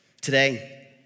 Today